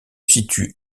situe